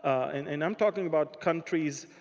and and i'm talking about countries